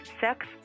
Sex